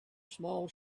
small